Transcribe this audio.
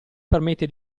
permette